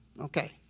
Okay